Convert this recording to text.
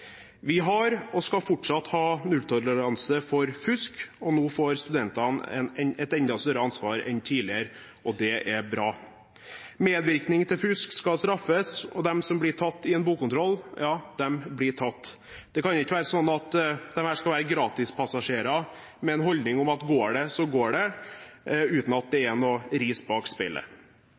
Vi har, og skal fortsatt ha, nulltoleranse for fusk, og nå får studentene et enda større ansvar enn tidligere, og det er bra. Medvirkning til fusk skal straffes, og de som blir tatt i en bokkontroll – ja, de blir tatt. Det kan ikke være sånn at disse skal være gratispassasjerer med holdningen at går det, så går det, uten at det er noe ris bak